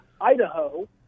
Idaho